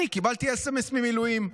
אני קיבלתי סמ"ס מהמילואים.